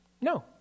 No